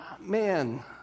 man